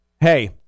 hey